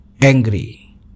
angry